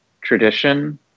tradition